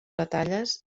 batalles